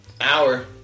hour